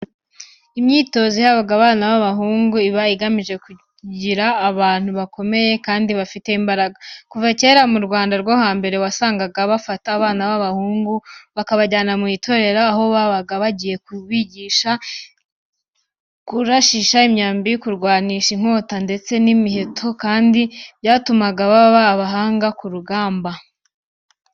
Imyitozo ihabwa abana b'abahungu, iba igamije kubagira abantu bakomeye kandi bafite imbaraga. Kuva kera mu Rwanda rwo hambere wasangaga bafata abana b'abahungu bakabajyana mu itorero, aho babaga bagiye kwiga kurashisha imyambi, kurwanisha inkota ndetse n'imiheto kandi byatumaga baba abahanga ku rugamba.